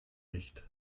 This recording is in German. nicht